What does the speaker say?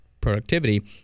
productivity